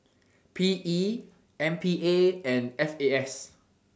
PE MPA and FAS